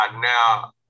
now